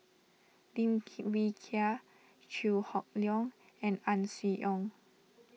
Lim Wee Kiak Chew Hock Leong and Ang Swee Aun